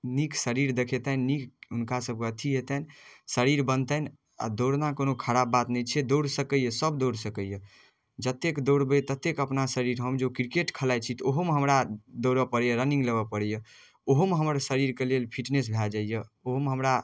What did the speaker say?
नीक शरीर देखेतनि नीक हुनकासभके अथी हेतनि शरीर बनतनि आओर दौड़नाइ कोनो खराब बात नहि छिए दौड़ सकैए सभ दौड़ सकैए जतेक दौड़बै ततेक अपना शरीर हम जे ओ किरकेट खेलाइ छी तऽ ओहोमे हमरा दौड़ऽ पड़ैए रनिङ्ग लेबऽ पड़ैए ओहोमे हमर शरीरके लेल फिटनेस भऽ जाइए ओहोमे हमरा